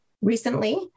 Recently